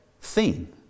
theme